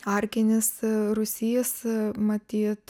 arkinis rūsys matyt